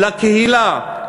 לקהילה,